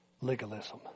legalism